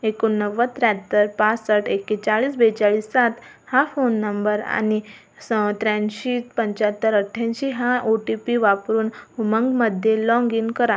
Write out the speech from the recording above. एकोणनव्वद त्र्याहत्तर पासष्ट एकेचाळीस बेचाळीस सात हा फोन नंबर आणि स त्र्याऐंशी पंच्याहत्तर अठ्ठ्याऐंशी हा ओ टी पी वापरून उमंगमध्ये लाँग इन करा